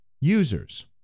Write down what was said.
users